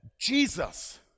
Jesus